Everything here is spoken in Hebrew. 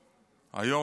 היום בערב,